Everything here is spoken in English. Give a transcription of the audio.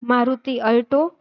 Maruti alto